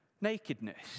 nakedness